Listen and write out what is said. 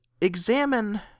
examine